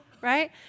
right